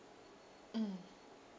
mm